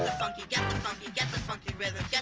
funky get the funky get the funky rhythm yeah